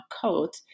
coat